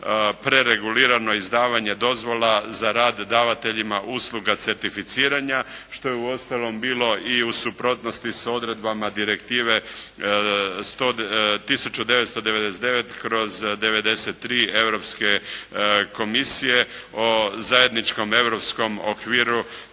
preregulirano izdavanje dozvola za rad davateljima usluga certificiranja, što je uostalom bilo i u suprotnostima odredbama Direktive 1999/93 Europske komisije o zajedničkom europskom okviru